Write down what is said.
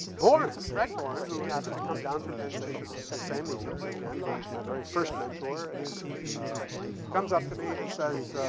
bohren, craig bohren, who happened to come down from penn state to the the same meeting again, my my very first mentor. and and comes up to me and says,